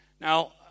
Now